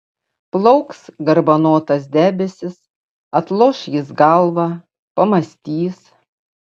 plauks garbanotas debesis atloš jis galvą pamąstys